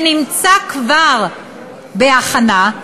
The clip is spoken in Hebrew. שנמצא כבר בהכנה,